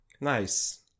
Nice